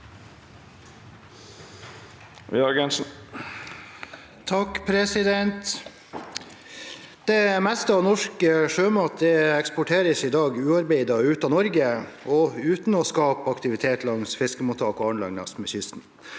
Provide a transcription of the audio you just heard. «Det meste av norsk sjømat eksporteres ubearbeidet ut av Norge, uten å skape aktivitet langs fiskemottak og anlegg langs kysten.